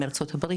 מארצות הברית,